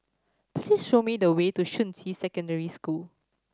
please show me the way to Shuqun Secondary School